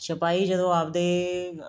ਸਿਪਾਹੀ ਜਦੋਂ ਆਪਣੇ